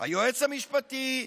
היועץ המשפטי,